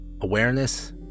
awareness